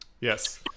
Yes